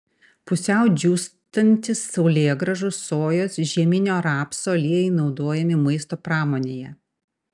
pusiau džiūstantys saulėgrąžų sojos žieminio rapso aliejai naudojami maisto pramonėje